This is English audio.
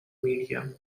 media